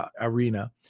arena